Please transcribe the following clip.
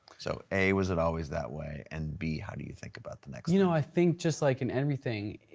so a, was it always that way and b, how do you think about the next thing? you know i think just like in everything,